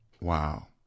Wow